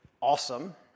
awesome